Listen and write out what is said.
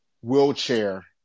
Wheelchair